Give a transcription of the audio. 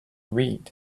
read